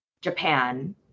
Japan